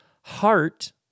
Heart